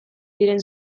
diren